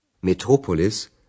Metropolis